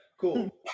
cool